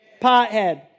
Pothead